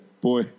boy